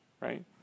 right